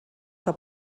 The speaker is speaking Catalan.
que